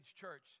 church